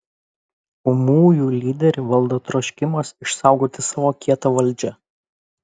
ūmųjų lyderį valdo troškimas išsaugoti savo kietą valdžią